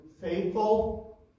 faithful